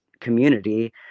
community